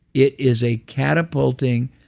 it is a catapulting,